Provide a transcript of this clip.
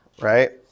right